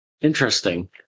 Interesting